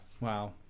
Wow